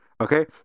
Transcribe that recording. okay